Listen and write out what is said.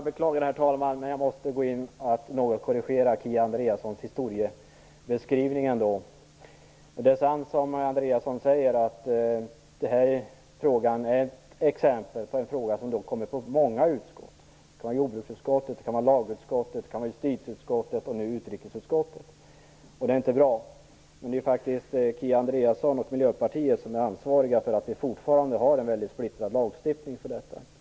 Herr talman! Jag beklagar att jag måste korrigera Kia Andreassons historieskrivning något. Det är sant som Kia Andreasson säger att detta är ett exempel på en fråga som berör många utskott. Det kan vara jordbruksutskottet, lagutskottet, justitieutskottet och nu utrikesutskottet. Det är inte bra. Men det är faktiskt Kia Andreasson och Miljöpartiet som är ansvariga för att vi fortfarande har en mycket splittrad lagstiftning på detta område.